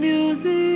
Music